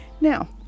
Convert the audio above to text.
Now